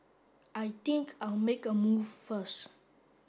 I think I'll make a move first